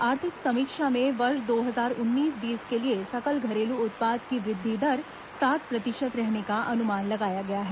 आर्थिक समीक्षा में वर्ष दो हजार उन्नीस बीस के लिए सकल घरेलू उत्पाद की वृद्धि दर सात प्रतिशत रहने का अनुमान लगाया गया है